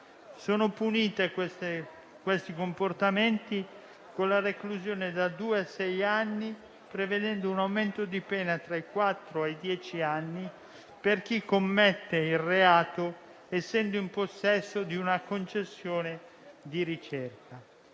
comportamenti sono puniti con la reclusione da tre a sei anni, prevedendo un aumento di pena tra i quattro e i dieci anni per chi commette il reato essendo in possesso di una concessione di ricerca.